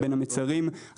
בין המיצרים,